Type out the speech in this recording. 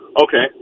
Okay